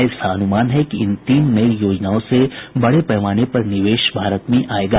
ऐसा अनुमान है कि इन तीन नई योजनाओं से बड़े पैमाने पर निवेश भारत में आयेगा